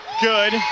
good